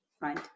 Right